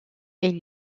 est